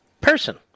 person